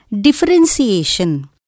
differentiation